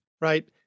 right